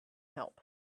help